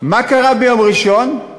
מה קרה ביום ראשון?